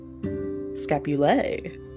Scapulae